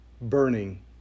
burning